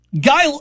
Guy